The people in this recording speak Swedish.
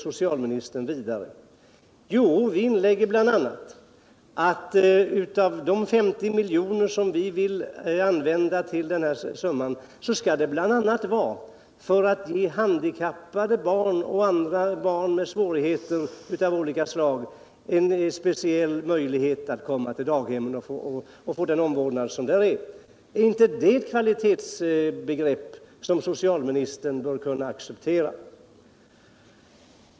Jo, vi inlägger bl.a. att av de 50 milj.kr., som vi vill acceptera, skall en del användas för att ge handikappade barn och andra barn med svårigheter av olika slag en speciell möjlighet att komma till daghem för att få den omvårdnad som där kan ges. Är inte det ett kvalitetsbegrepp som socialministern bör kunna acceptera?